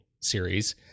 series